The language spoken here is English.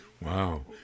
wow